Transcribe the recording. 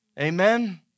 Amen